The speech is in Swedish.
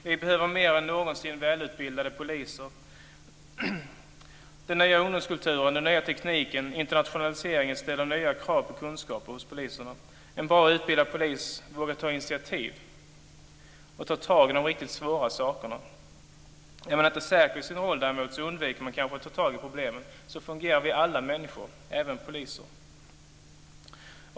Mer än någonsin behöver vi välutbildade poliser. Den nya ungdomskulturen, den nya tekniken och internationaliseringen ställer nya krav på kunskaper hos poliserna. En bra utbildad polis vågar ta initiativ och ta tag i de riktigt svåra sakerna. Är man däremot inte säker i sin roll undviker man kanske att ta tag i problemen. Så fungerar vi alla, även poliser.